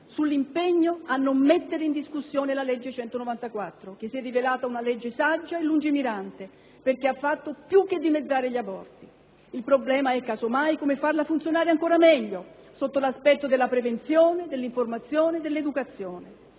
sull'impegno a non mettere in discussione la legge n. 194, che si è rivelata saggia e lungimirante, poiché ha fatto più che dimezzare gli aborti. Il problema è, caso mai, come farla funzionare meglio sotto l'aspetto della prevenzione, dell'informazione, dell'educazione.